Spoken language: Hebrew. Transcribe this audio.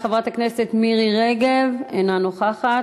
חברת הכנסת מירי רגב, אינה נוכחת.